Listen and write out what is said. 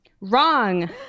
Wrong